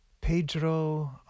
Pedro